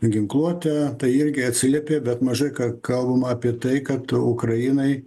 ginkluote tai irgi atsiliepė bet mažai kalbama apie tai kad ukrainai